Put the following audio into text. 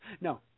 No